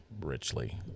richly